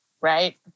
right